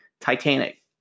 Titanic